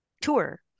tour